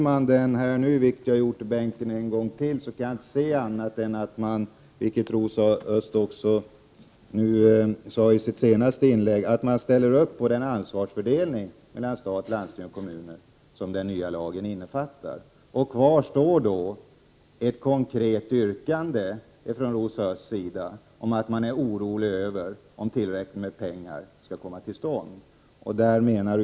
Jag har läst reservationen en gång till nu i bänken, och jag kan inte förstå annat än att centerpartiet ställer sig bakom den ansvarsfördelning mellan stat, landsting och kommuner som den nya lagen innebär, vilket Rosa Östh också sade i sitt senaste inlägg. Kvar står ett konkret yrkande från Rosa Östh och Ulla Tillander om ett riksdagsuttalande med innebörden att tillräckliga resurser skall ställas till förfogande för smittskyddsläkarnas arbete.